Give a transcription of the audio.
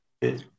Yes